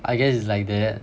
I guess it's like that